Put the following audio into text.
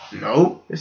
No